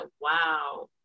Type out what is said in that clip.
wow